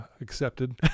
accepted